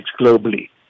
globally